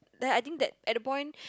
then I think that at the point